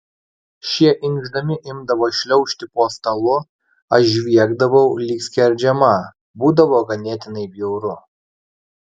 šie inkšdami imdavo šliaužti po stalu aš žviegdavau lyg skerdžiama būdavo ganėtinai bjauru